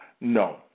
No